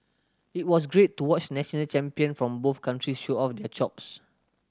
it was great to watch national champion from both countries show off their chops